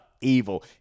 Evil